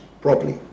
properly